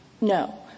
No